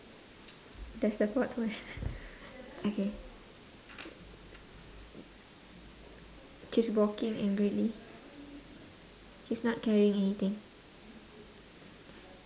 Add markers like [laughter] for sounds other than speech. that's the what [laughs] okay she's walking angrily she's not carrying anything